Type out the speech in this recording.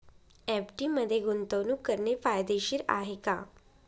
FD मध्ये गुंतवणूक करणे फायदेशीर आहे का?